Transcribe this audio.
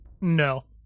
No